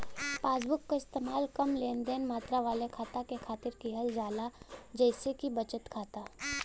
passbook क इस्तेमाल कम लेनदेन मात्रा वाले खाता के खातिर किहल जाला जइसे कि बचत खाता